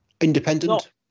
Independent